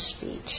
speech